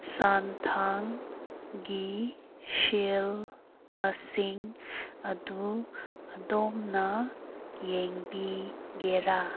ꯁꯦꯟꯊꯪꯒꯤ ꯁꯦꯜ ꯃꯁꯤꯡ ꯑꯗꯨ ꯑꯗꯣꯝꯅ ꯌꯦꯡꯕꯤꯒꯦꯔꯥ